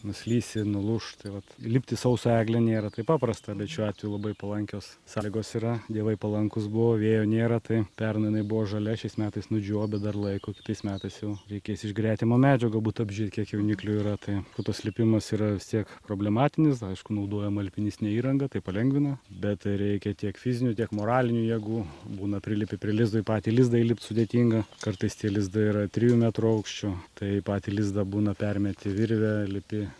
nuslysi nulūš tai vat įlipt į sausą eglę nėra taip paprasta bet šiuo atveju labai palankios sąlygos yra dievai palankūs buvo vėjo nėra tai pernai jinai buvo žalia šiais metais nudžiūvo bet dar laiko kitais metais jau reikės iš gretimo medžio galbūt apžiūrėt kiek jauniklių yra tai tas lipimas yra tiek problematinis aišku naudojam alpinistinę įrangą tai palengvina bet tai reikia tiek fizinių tiek moralinių jėgų būna prilipi prie lizdo į patį lizdą įlipt sudėtinga kartais tie lizdai yra trijų metrų aukščio tai į patį lizdą būna permeti virvę lipi